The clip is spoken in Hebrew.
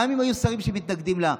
גם אם היו שרים שמתנגדים לה,